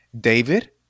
David